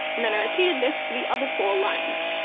and then i repeated this for the other four lines!